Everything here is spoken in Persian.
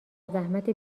زحمت